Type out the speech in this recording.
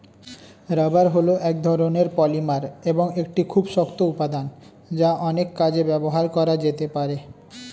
rubber হল এক ধরণের পলিমার এবং একটি খুব শক্ত উপাদান যা অনেক কাজে ব্যবহার করা যেতে পারে